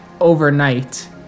overnight